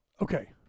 okay